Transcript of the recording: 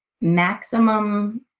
maximum